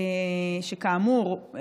וכאמור,